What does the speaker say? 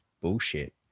bullshit